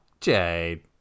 Jade